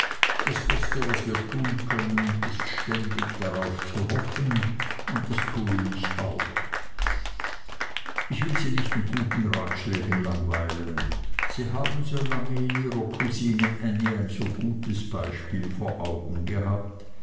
das beste was wir tun können ist beständig darauf zu hoffen und das tue auch ich ich will sie nicht mit guten ratschlägen langweilen sie haben solang in ihrer kusine ännie ein so gutes beispiel vor augen gehabt